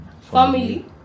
family